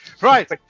Right